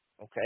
Okay